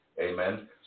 Amen